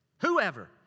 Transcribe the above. whoever